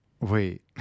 Wait